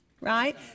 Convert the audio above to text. right